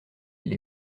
elle